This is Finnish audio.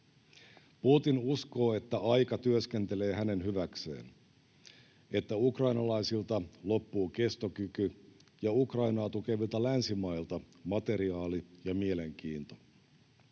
Putin uskoo, että aika työskentelee hänen hyväkseen, että ukrainalaisilta loppuu kestokyky ja Ukrainaa tukevilta länsimailta materiaali ja mielenkiinto.